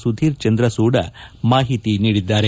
ಸುಧೀರ್ ಚಂದ್ರ ಸೂಡಾ ಮಾಹಿತಿ ನೀಡಿದ್ದಾರೆ